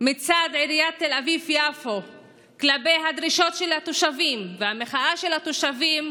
מצד עיריית תל אביב-יפו כלפי הדרישות של התושבים והמחאה של התושבים,